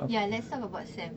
ya let's talk about SAM